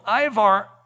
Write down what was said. Ivar